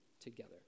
together